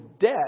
debt